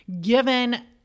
given